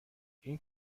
این